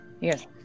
Yes